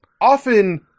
Often